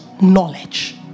Knowledge